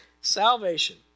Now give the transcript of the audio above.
salvation